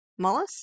Mollus